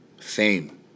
fame